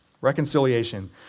Reconciliation